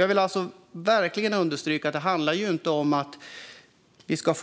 Jag vill verkligen understryka att det inte handlar